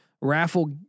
raffle